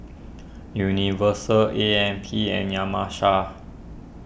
Universal A M P and